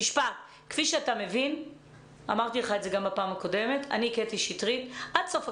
כפי שאתה מבין אני לא ארפה מהנושא הזה עד סוף הקדנציה.